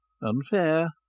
unfair